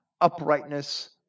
uprightness